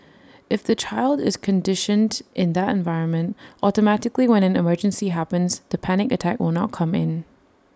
if the child is conditioned in that environment automatically when an emergency happens the panic attack will not come in